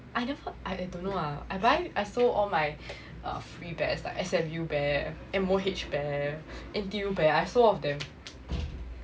I never I don't know lah I buy I sold all my free bears like S_M_U bear M_O_H bear N_T_U bear I sold all of them